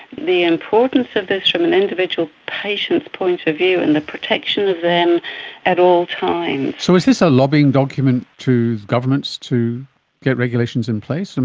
the importance of this from an individual patient's point of view and the protection of them at all times. so is this a lobbying document to governments to get regulations in place?